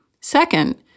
Second